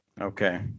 Okay